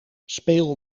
speel